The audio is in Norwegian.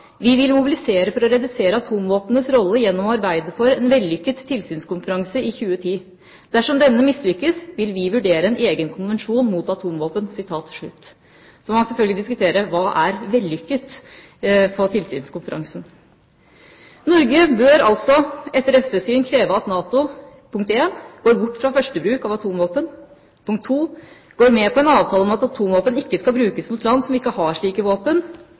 vil mobilisere for å redusere atomvåpnenes rolle gjennom å arbeide for en vellykket tilsynskonferanse i 2010. Dersom denne mislykkes vil vi vurdere en egen konvensjon mot atomvåpen.» Så kan man selvfølgelig diskutere hva som er «vellykket», på tilsynskonferansen. Norge bør altså – etter SVs syn – kreve at NATO går bort fra førstebruk av atomvåpen går med på en avtale om at atomvåpen ikke skal brukes mot land som ikke har slike våpen